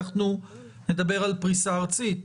נדבר על פריסה ארצית,